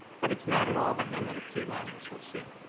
but it's not at all the hamlet of q one, as we'll see.